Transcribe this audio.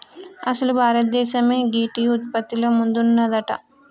అసలు భారతదేసమే గీ టీ ఉత్పత్తిల ముందున్నదంట